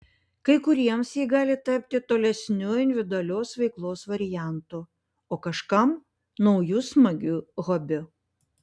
kai kuriems ji gali tapti tolesniu individualios veiklos variantu o kažkam nauju smagiu hobiu